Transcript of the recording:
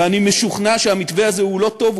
ואני משוכנע שהמתווה הזה הוא לא טוב,